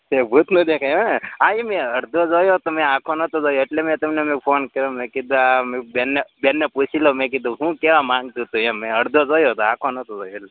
કે ભૂત ન દેખાય હેં હા એ મેં અડધો જોયો હતો મેં આખો નહોતો જોયો એટલે મેં તમને મેં ફોન કર્યો મેં કીધું આ બેનને બેનને પૂછી લઉં મેં કીધું શું કહેવા માગતું હતું એમ મેં અડધો જોયો હતો આખો નહોતો જોયો એટલે